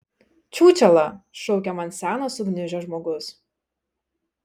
čiūčela šaukia man senas sugniužęs žmogus